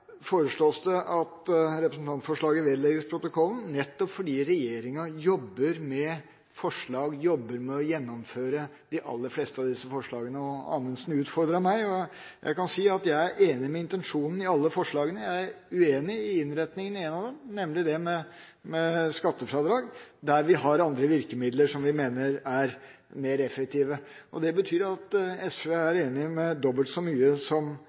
foreslås det at representantforslaget vedlegges protokollen, nettopp fordi regjeringa jobber med å gjennomføre de aller fleste av disse forslagene. Amundsen utfordret meg, og jeg kan si at jeg er enig med intensjonen i alle forslagene. Jeg er uenig i innretningen i en av dem, nemlig det med skattefradrag, der vi har andre virkemidler som vi mener er mer effektive, og det betyr at SV er enig i dobbelt så mye som